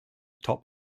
top